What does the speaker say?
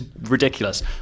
ridiculous